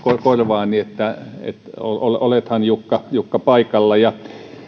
korvaani että olethan jukka jukka paikalla ja